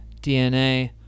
DNA